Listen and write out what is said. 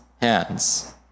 hands